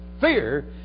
fear